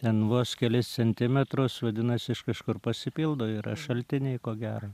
ten vos kelis centimetrus vadinasi iš kažkur pasipildo yra šaltiniai ko gero